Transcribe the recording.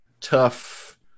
tough